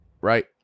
Right